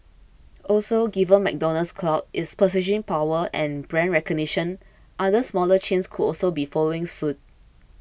also given McDonald's clout its purchasing power and brand recognition other smaller chains could also be following suit